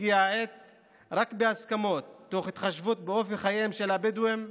רק בהסכמות, תוך התחשבות באופי חייהם של הבדואים,